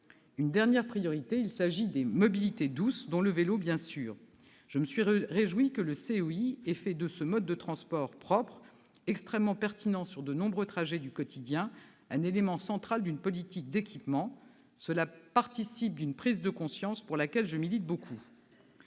La dernière priorité est celle des mobilités douces, dont le vélo, bien sûr. Je me suis réjouie que le COI ait fait de ce mode de transport propre, extrêmement pertinent sur de nombreux trajets du quotidien, un élément central d'une politique d'équipement. Cela participe d'une prise de conscience en faveur de laquelle je milite beaucoup.